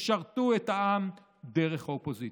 תשרתו את העם דרך האופוזיציה.